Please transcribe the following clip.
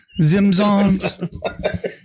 zimzoms